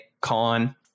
con